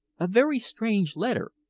a very strange letter,